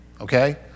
okay